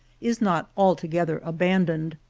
is not altogether abandoned.